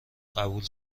قبول